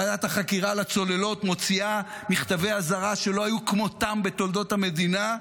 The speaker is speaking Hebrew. ועדת החקירה לצוללות מוציאה מכתבי אזהרה שלא היו כמותם בתולדות המדינה,